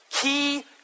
Key